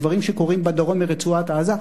דברים שקורים בדרום וברצועת-עזה,